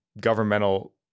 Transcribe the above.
governmental